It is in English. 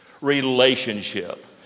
Relationship